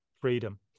Freedom